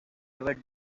ever